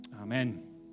Amen